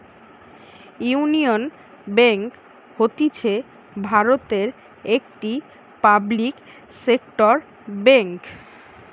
union Bank হতিছে ভারতের একটি পাবলিক সেক্টর বেঙ্ক